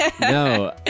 No